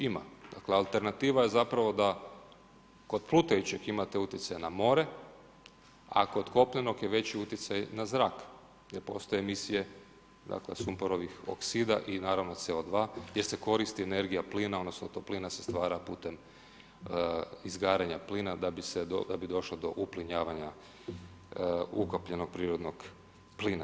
Ima, dakle alternativa je da kod plutajućeg imate utjecaj na more, a kod kopnenog je veći utjecaj na zrak jer postoje emisije sumporovih oksida i naravno Co2 gdje se koristi energija plina odnosno toplina se stvara putem izgaranja plina da bi došlo do uplinjavanja ukapljenog prirodnog plina.